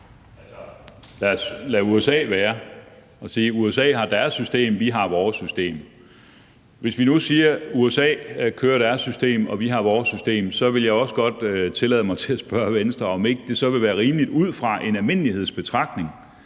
lade USA være og sige, at USA har deres system, og at vi har vores system. Hvis vi nu siger, at USA har deres system og vi har vores system, så vil jeg også godt tillade mig at spørge Venstre, om det så ikke ud fra en almindelig betragtning